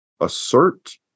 assert